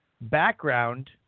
background